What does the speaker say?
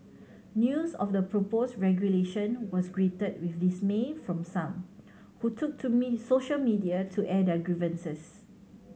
news of the proposed regulation was greeted with dismay from some who took to me social media to air their grievances